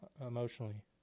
emotionally